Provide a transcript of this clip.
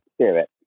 spirit